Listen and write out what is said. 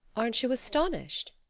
aren't you astonished?